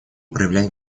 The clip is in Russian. проявлять